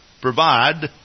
provide